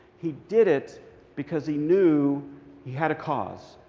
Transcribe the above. he did it because he knew he had a cause.